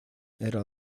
era